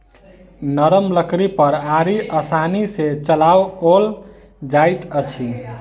नरम लकड़ी पर आरी आसानी सॅ चलाओल जाइत अछि